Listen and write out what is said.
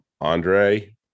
Andre